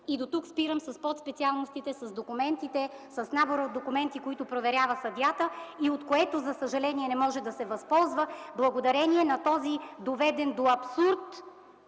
Дотук спирам с подспециалностите, с набора от документи, които проверява съдията, и от които за съжаление не може да се възползва благодарение на този доведен до абсурд